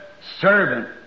servant